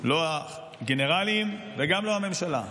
לא הגנרלים וגם לא הממשלה.